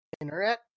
internet